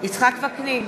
יצחק וקנין,